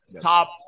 top